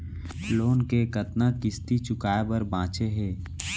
Loan के कतना किस्ती चुकाए बर बांचे हे?